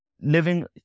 living